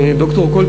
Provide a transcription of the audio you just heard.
ד"ר קול,